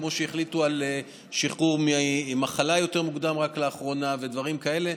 כמו שהחליטו על שחרור ממחלה יותר מוקדם רק לאחרונה ודברים כאלה,